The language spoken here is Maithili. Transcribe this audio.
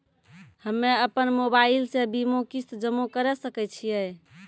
हम्मे अपन मोबाइल से बीमा किस्त जमा करें सकय छियै?